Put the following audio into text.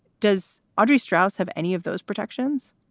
does audrey strauss have any of those protections?